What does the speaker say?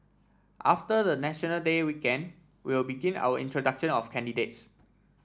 after the National Day weekend we will begin our introduction of candidates